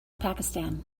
pakistan